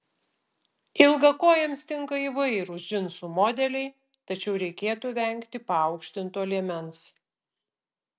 ilgakojėms tinka įvairūs džinsų modeliai tačiau reikėtų vengti paaukštinto liemens